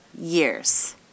years